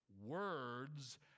words